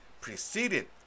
preceded